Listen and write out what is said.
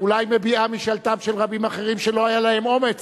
אולי מביעה את משאלתם של רבים אחרים שלא היה להם אומץ